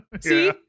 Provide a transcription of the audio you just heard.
see